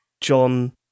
John